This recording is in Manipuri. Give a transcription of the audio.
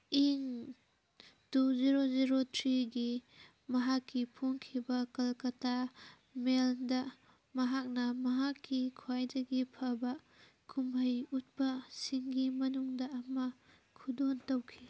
ꯏꯪ ꯇꯨ ꯖꯤꯔꯣ ꯖꯤꯔꯣ ꯊ꯭ꯔꯤꯒꯤ ꯃꯍꯥꯛꯀꯤ ꯐꯣꯡꯈꯤꯕ ꯀꯜꯀꯇꯥ ꯃꯦꯜꯗ ꯃꯍꯥꯛꯅ ꯃꯍꯥꯛꯀꯤ ꯈ꯭ꯋꯥꯏꯗꯒꯤ ꯐꯕ ꯀꯨꯝꯍꯩ ꯎꯠꯄꯁꯤꯡꯒꯤ ꯃꯅꯨꯡꯗ ꯑꯃ ꯈꯨꯗꯣꯜ ꯇꯧꯈꯤ